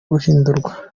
guhindurwa